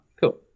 cool